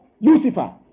Lucifer